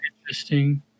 interesting